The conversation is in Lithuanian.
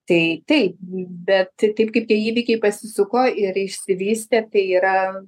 tai taip bet taip kaip tie įvykiai pasisuko ir išsivystė tai yra